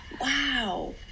wow